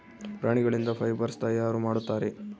ಪ್ರಾಣಿಗಳಿಂದ ಫೈಬರ್ಸ್ ತಯಾರು ಮಾಡುತ್ತಾರೆ